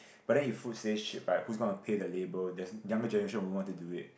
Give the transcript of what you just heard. but then if food stays cheap right who's gonna pay the labour there's younger generation won't want to do it